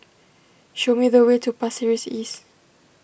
show me the way to Pasir Ris East